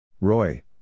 Roy